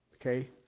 Okay